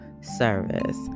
service